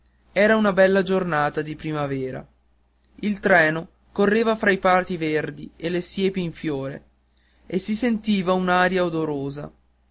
era una bella giornata di primavera il treno correva fra i prati verdi e le siepi in fiore e si sentiva un'aria odorosa